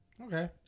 Okay